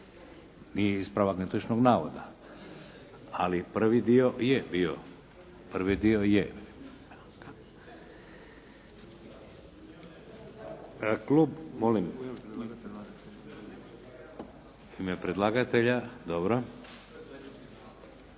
nije ispravak netočnog navoda, ali prvi dio je bio, prvi dio je. Klub … …/Upadica se ne čuje./… U ime predlagatelja, dobro.